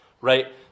right